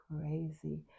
crazy